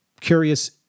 curious